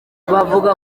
bavuga